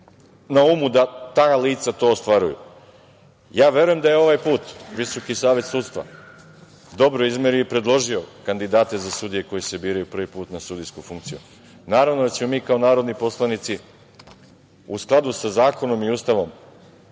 na umu da ta lica to ostvaruju. Verujem da je ovaj put Visoki savet sudstva dobro izmerio i predložio kandidate za sudije koji se biraju prvi put na sudijsku funkciju. Naravno da ćemo mi kao narodni poslanici u skladu sa zakonom i Ustavom